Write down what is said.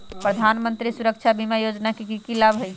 प्रधानमंत्री सुरक्षा बीमा योजना के की लाभ हई?